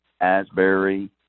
Asbury